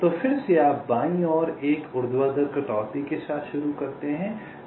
तो फिर से आप बाईं ओर एक ऊर्ध्वाधर कटौती के साथ शुरू करते हैं